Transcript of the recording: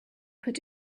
put